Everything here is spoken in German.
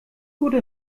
gute